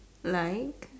like